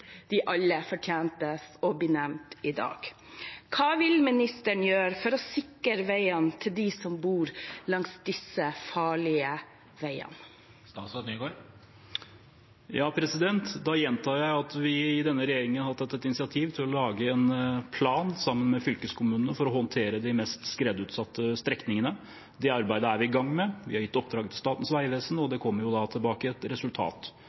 de alle fortjente å bli nevnt i dag. Hva vil ministeren gjøre for å sikre veiene til dem som bor langs disse farlige veiene? Da gjentar jeg at vi i denne regjeringen har tatt et initiativ til å lage en plan sammen med fylkeskommunene for å håndtere de mest skredutsatte strekningene. Det arbeidet er vi i gang med. Vi har gitt et oppdrag til Statens vegvesen, og det kommer da tilbake et resultat.